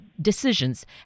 decisions